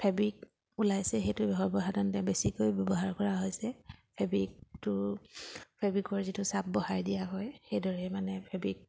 fabric ওলাইছে সেইটো সৰ্বসাধাৰণতে বেছিকৈ ব্যৱহাৰ কৰা হৈছে ফেব্ৰিকটো ফেব্ৰিকৰ যিটো চাপ বঢ়াই দিয়া হয় সেইদৰে মানে ফেব্ৰিক